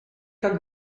как